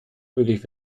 möglich